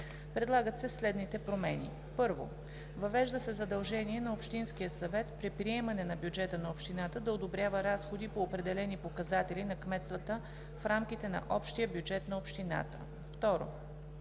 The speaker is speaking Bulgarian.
Предлагат се следните промени: 1. Въвежда се задължение на общинския съвет при приемане на бюджета на общината да одобрява разходи по определени показатели на кметствата в рамките на общия бюджет на общината. 2.